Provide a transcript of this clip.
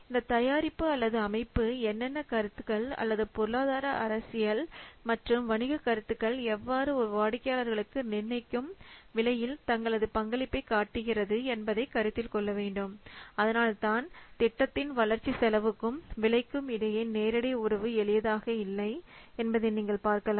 இந்த தயாரிப்பு அல்லது அமைப்பு என்னென்ன கருத்துகள் அல்லது பொருளாதார அரசியல் மற்றும் வணிக கருத்துக்கள் எவ்வாறு ஒரு வாடிக்கையாளர்களுக்கு நிர்ணயிக்கும் விலையில் தங்களது பங்களிப்பை காட்டுகிறது என்பதை கருத்தில் கொள்ளவேண்டும் அதனால்தான் திட்டத்தின் வளர்ச்சி செலவுக்கும் விலைக்கும் இடையே நேரடி உறவு எளியதாக இல்லை என்பதை நீங்கள் பார்க்கலாம்